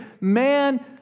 man